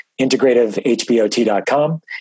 integrativehbot.com